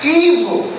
evil